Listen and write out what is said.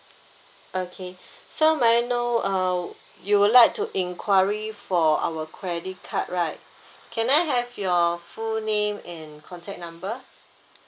okay so may I know uh you would like to enquiry for our credit card right can I have your full name and contact number